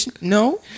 no